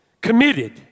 committed